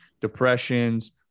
depressions